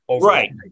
Right